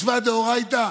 מצווה מדאורייתא?